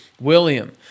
William